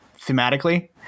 thematically